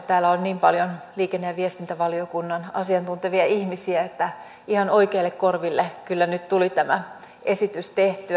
täällä on niin paljon liikenne ja viestintävaliokunnan asiantuntevia ihmisiä että ihan oikeille korville kyllä nyt tuli tämä esitys tehtyä